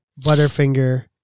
Butterfinger